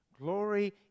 Glory